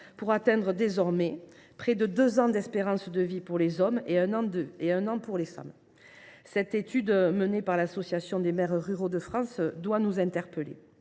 pour atteindre désormais près de deux ans d’espérance de vie pour les hommes et un an pour les femmes. Cette étude, menée par l’Association des maires ruraux de France (AMRF), doit nous interpeller.